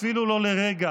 אפילו לא לרגע.